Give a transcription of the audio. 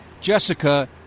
Jessica